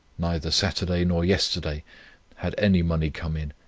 neither saturday nor yesterday had any money come in.